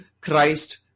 Christ